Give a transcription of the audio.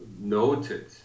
noted